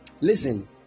Listen